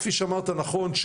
כפי שאמרת נכון,